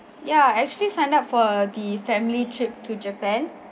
ya actually signed up for the family trip to japan